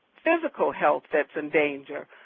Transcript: physical health that's in danger,